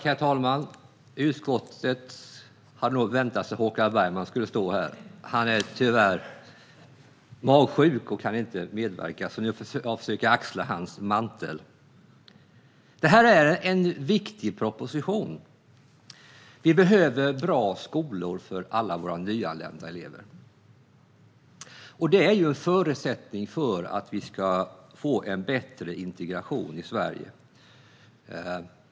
Herr talman! Utskottet hade nog väntat sig att Håkan Bergman skulle stå här. Men han är tyvärr magsjuk och kan inte medverka, så nu får jag försöka axla hans mantel. Detta är en viktig proposition. Vi behöver bra skolor för alla våra nyanlända elever. Det är en förutsättning för att vi ska få en bättre integration i Sverige.